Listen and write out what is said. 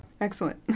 Excellent